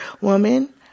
woman